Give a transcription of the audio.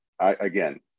Again